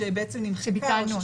שבעצם נמחקה,